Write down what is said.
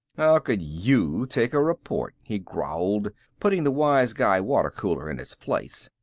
how could you take a report? he growled, putting the wise-guy water cooler in its place.